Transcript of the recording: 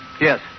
Yes